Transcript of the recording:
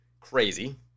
Crazy